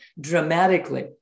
dramatically